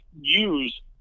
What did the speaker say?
use